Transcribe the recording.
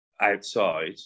outside